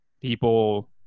people